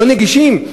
לא נגישים?